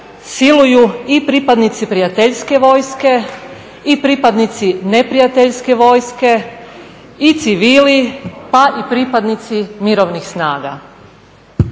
siluju i pripadnici prijateljske vojske i pripadnici neprijateljske vojske i civili, pa i pripadnici mirovnih snaga.